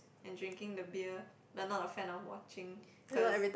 and drinking the beer but not a fan of watching cause